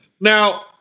Now